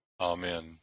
Amen